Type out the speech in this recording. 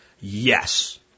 Yes